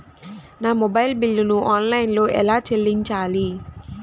నా మొబైల్ బిల్లును ఆన్లైన్లో ఎలా చెల్లించాలి?